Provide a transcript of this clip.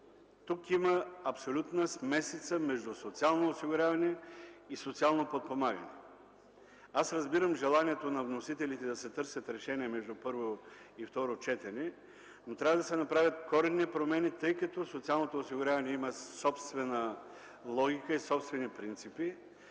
Тук има абсолютна смесица между социално осигуряване и социално подпомагане. Разбирам желанието на вносителите да се търсят решения между първо и второ четене, но трябва да се направят коренни промени, тъй като социалното осигуряване има собствена логика и собствени принципи.